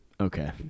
Okay